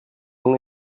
ont